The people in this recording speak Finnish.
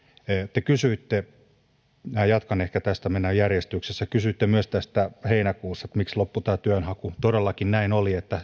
te kysyitte minä jatkan ehkä tästä mennään järjestyksessä myös tästä heinäkuusta että miksi loppui työnhaku todellakin näin oli että